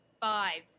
Five